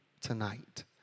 tonight